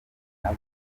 nabo